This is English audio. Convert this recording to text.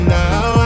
now